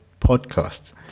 Podcast